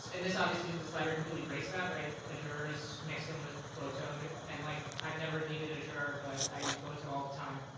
and this is obviously, this library completely breaks that, right? azure is mixed in with boto um and like i've never needed azure but i use boto all the time.